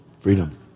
Freedom